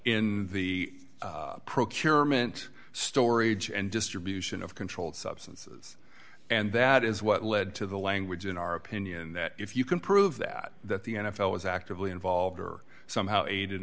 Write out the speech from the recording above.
in the procurement story age and distribution of controlled substances and that is what led to the language in our opinion that if you can prove that that the n f l was actively involved or somehow aided and